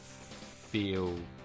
feel